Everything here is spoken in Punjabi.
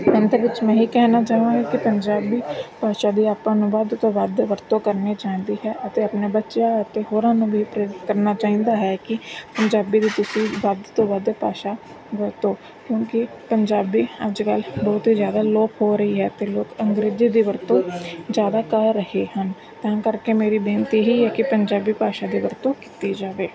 ਅੰਤ ਵਿੱਚ ਮੈਂ ਇਹ ਹੀ ਕਹਿਣਾ ਚਾਹਾਵਾਂਗੀ ਕਿ ਪੰਜਾਬੀ ਭਾਸ਼ਾ ਦੀ ਆਪਾਂ ਨੂੰ ਵੱਧ ਤੋਂ ਵੱਧ ਵਰਤੋਂ ਕਰਨੀ ਚਾਹੀਦੀ ਹੈ ਅਤੇ ਆਪਣੇ ਬੱਚਿਆਂ ਅਤੇ ਹੋਰਾਂ ਨੂੰ ਵੀ ਪ੍ਰੇਰਿਤ ਕਰਨਾ ਚਾਹੀਦਾ ਹੈ ਕਿ ਪੰਜਾਬੀ ਦੀ ਤੁਸੀਂ ਵੱਧ ਤੋਂ ਵੱਧ ਭਾਸ਼ਾ ਵਰਤੋ ਕਿਉਂਕਿ ਪੰਜਾਬੀ ਅੱਜ ਕੱਲ੍ਹ ਬਹੁਤ ਜ਼ਿਆਦਾ ਅਲੋਪ ਹੋ ਰਹੀ ਹੈ ਅਤੇ ਲੋਕ ਅੰਗਰੇਜ਼ੀ ਦੀ ਵਰਤੋਂ ਜ਼ਿਆਦਾ ਕਰ ਰਹੇ ਹਨ ਤਾਂ ਕਰਕੇ ਮੇਰੀ ਬੇਨਤੀ ਇਹ ਹੀ ਹੈ ਕਿ ਪੰਜਾਬੀ ਭਾਸ਼ਾ ਦੀ ਵਰਤੋਂ ਕੀਤੀ ਜਾਵੇ